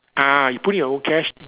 ah you put in your own cash